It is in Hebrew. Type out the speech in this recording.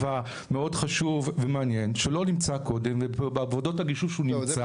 מאוד חשוב ומעניין שלא נמצא קודם ובעבודות הגישוש הוא נמצא.